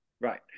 right